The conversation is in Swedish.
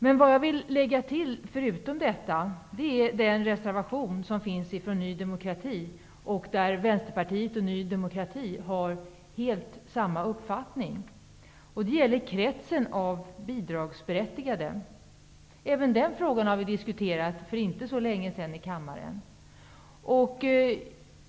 Utöver detta vill jag peka på den reservation som avgivits från Ny demokrati på en punkt där Vänsterpartiet och Ny demokrati har helt samma uppfattning. Det gäller kretsen av bidragsberättigade. även den frågan har vi diskuterat för inte så länge sedan i kammaren.